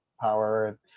power